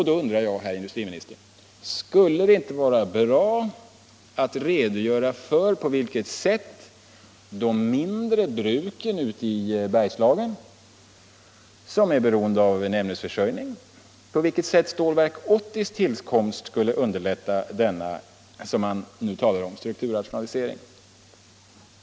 Då undrar jag, herr industriminister: Skulle det inte vara bra att redogöra för på vilket sätt tillkomsten av Stålverk 80 skulle underlätta den strukturrationalisering som man nu talar om när det gäller de mindre bruken ute i Bergslagen som är beroende av en ämnesförsörjning?